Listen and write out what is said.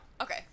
Okay